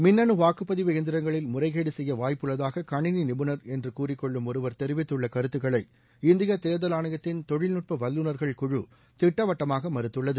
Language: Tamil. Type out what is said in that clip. மின்னு வாக்குப்பதிவு எந்திரங்களில் முறைகேடு செய்ய வாய்ப்புள்ளதாக கணினி நிபுணர் என்று கூறிக்கொள்ளும் ஒருவா் தெரிவித்துள்ள கருத்துக்களை இந்திய தேர்தல் ஆணையத்தின் தொழில்நட்ப வல்லுநர்கள் குழு திட்டவட்டமாக மறுத்துள்ளது